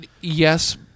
Yes